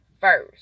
first